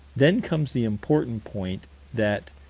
then comes the important point that